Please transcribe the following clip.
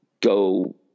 go